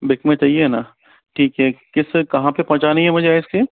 break में चाहिए न ठीक है किस कहाँ पे पहुंचानी है मुझे आइसक्रीम